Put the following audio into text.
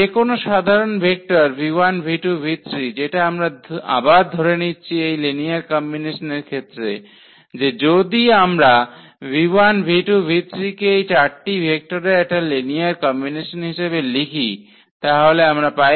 যে কোন সাধারণ ভেক্টর যেটা আমরা আবার ধরে নিচ্ছি এই লিনিয়ার কম্বিনেশনের ক্ষেত্রে যে যদি আমরা কে এই চারটি ভেক্টরের একটা লিনিয়ার কম্বিনেশন হিসাবে লিখি তাহলে আমরা পাই